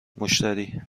مشتری